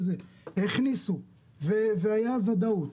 אבל הכניסו והייתה ודאות.